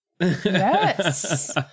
Yes